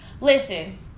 Listen